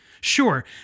Sure